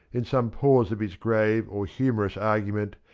in some pause of his grave or humourous argument,